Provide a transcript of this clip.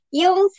yung